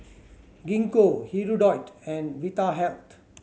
Gingko Hirudoid and Vitahealth